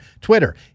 Twitter